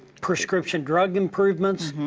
prescription drug improvements.